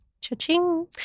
Cha-ching